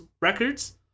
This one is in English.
records